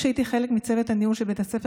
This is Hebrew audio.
כשהייתי חלק מצוות הניהול של בית הספר